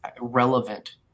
relevant